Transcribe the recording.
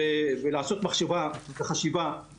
זו תפיסה לא נכונה.